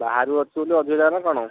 ବାହାରୁ ଆସିଛୁ ବୋଲି ଅଧିକ ଟଙ୍କା ନା କ'ଣ